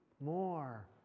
more